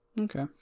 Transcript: Okay